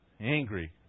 angry